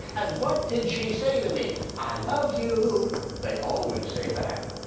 and what did she say to me? i love you they always say that.